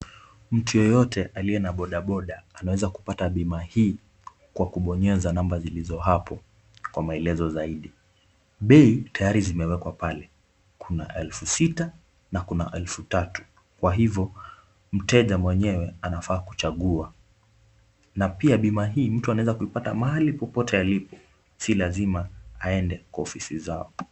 Mtu yeyote aliye na boda boda anaweza kupata bima hii kwa kubonyeza namba zilizo hapo kwa maelezo zaidi. Bei tayari zimewekwa pale kuna elfu sita na kuna elfu tatu kwa hivyo mteja mwenyewe anafaa kuchagua na pia bima hii mtu anaweza kuipata mahali popote alipo si lazima aende kwa ofisi zao.